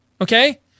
Okay